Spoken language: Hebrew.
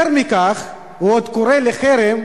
יותר מכך, הוא עוד קורא לחרם